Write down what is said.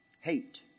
Hate